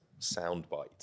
soundbite